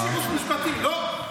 יש ייעוץ משפטי, לא?